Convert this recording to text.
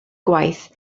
gwaith